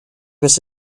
was